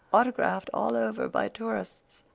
autographed all over by tourists,